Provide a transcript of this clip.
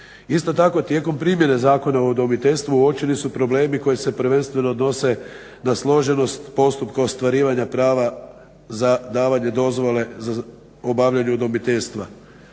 Isto tako tijekom primjene Zakona o udomiteljstvu uočeni su problemi koji se prvenstveno odnose na složenost postupka ostvarivanja prava za davanje dozvole za obavljanje udomiteljstva.